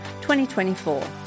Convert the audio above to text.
2024